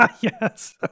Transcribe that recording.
Yes